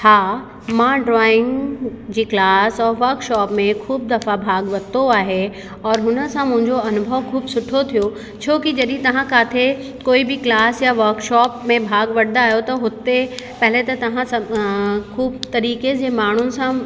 हा मां ड्राइंग जी क्लास ऐं वर्कशॉप में ख़ूब दफ़ा भाॻु वरितो आहे और हुन सां मुंहिंजो अनुभव ख़ूब सुठो थियो छोकी जॾहिं तव्हां किथे कोई बि क्लास या वर्कशॉप में भाॻु वठंदा आहियो त हुते पहले त तव्हां ख़ूब तरीक़े जे माण्हुनि सां